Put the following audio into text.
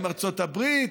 עם ארצות הברית,